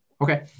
Okay